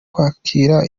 kwakira